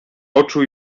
oczu